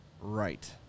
Right